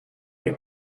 que